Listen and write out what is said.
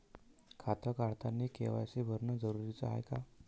खातं काढतानी के.वाय.सी भरनं जरुरीच हाय का?